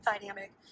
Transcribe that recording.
dynamic